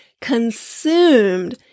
consumed